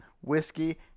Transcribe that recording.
whiskey